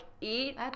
eat